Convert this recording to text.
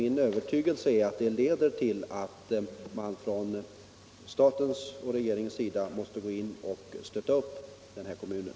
Min övertygelse är att det kommer att leda till att staten måste stötta upp kommunen.